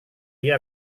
dia